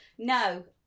No